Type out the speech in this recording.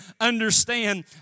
understand